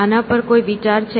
આના પર કોઈ વિચાર છે